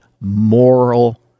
moral